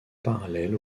parallèle